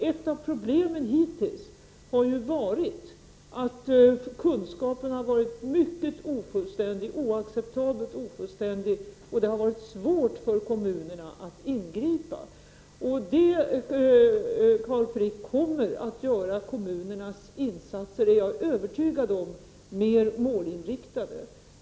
Ett av problemen hittills har ju varit att kunskapen är oacceptabelt ofullständig, och det har varit svårt för kommunerna att ingripa. Jag är övertygad, Carl Frick, om att detta kommer att göra kommunernas insatser mera målinriktade.